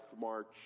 March